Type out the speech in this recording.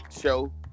show